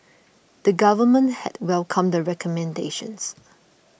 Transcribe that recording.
the Government had welcomed the recommendations